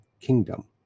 kingdom